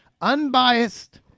unbiased